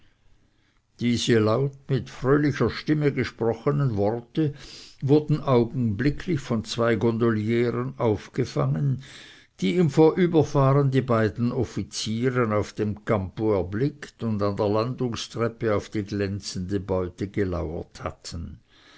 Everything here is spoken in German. diese laut mit fröhlicher stimme gesprochenen worte wurden augenblicklich von zwei gondolieren aufgefangen die im vorüberfahren die beiden offiziere auf dem campo erblickt und an der landungstreppe auf die glänzende beute gelauert hatten